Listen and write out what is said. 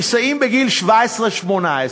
נישאים בגיל 17 18,